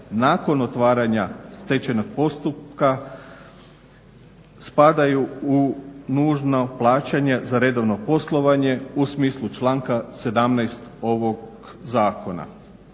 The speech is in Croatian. nakon otvaranja stečajnog postupka spadaju u nužno plaćanje za redovno poslovanje u smislu članka 17. ovog zakona.